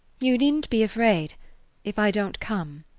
you needn't be afraid if i don't come.